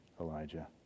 Elijah